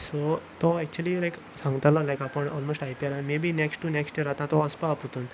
so तो actually like सांगतालो like आपूण almost I P L maybe next to next year आतां तो वचपा आसा परतून